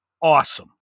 awesome